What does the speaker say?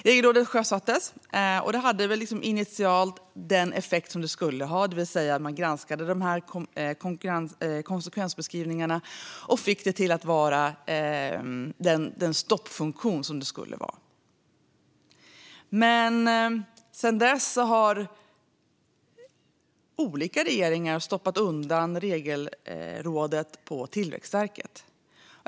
Regelrådet sjösattes, och det hade initialt den effekt det skulle ha, det vill säga att granska konsekvensbeskrivningarna och agera stoppfunktion. Sedan dess har olika regeringar stoppat undan Regelrådet på Tillväxtverket.